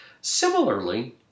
Similarly